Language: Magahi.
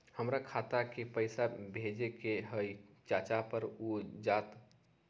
हमरा खाता के पईसा भेजेए के हई चाचा पर ऊ जाएत?